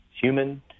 human